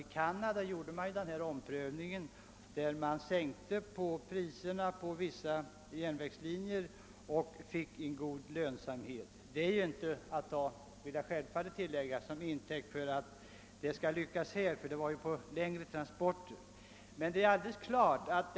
I Canada t.ex. sänkte man priserna på vissa järnvägslinjer och fick god lönsamhet. Men jag vill tillägga att detta inte kan tas till intäkt för att systemet skulle lyckas lika bra här, eftersom det i Canada gällde längre transporter.